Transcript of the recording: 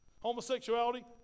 Homosexuality